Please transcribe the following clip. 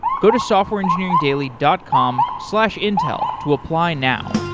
go to softwareengineeringdaily dot com slash intel to apply now.